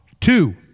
Two